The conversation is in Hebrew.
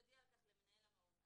יודיע על כך למנהל המעון".